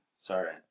Sorry